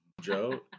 Joe